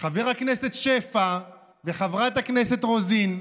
חבר הכנסת שפע וחברת הכנסת רוזין,